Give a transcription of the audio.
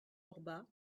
orba